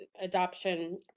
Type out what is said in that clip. adoption